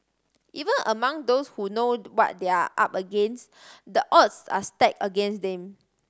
even among those who know what they are up against the odds are stack against them